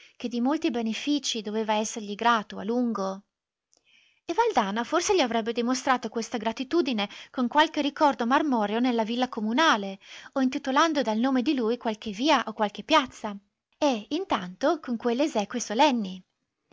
che di molti beneficii doveva essergli grato a lungo e valdana forse gli avrebbe dimostrato questa gratitudine con qualche ricordo marmoreo nella villa comunale o intitolando dal nome di lui qualche via o qualche piazza e intanto con quelle esequie solenni